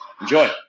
enjoy